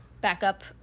backup